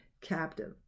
captive